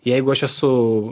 jeigu aš esu